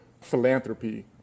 philanthropy